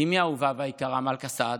אימי האהובה והיקרה מלכה סעדה,